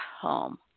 home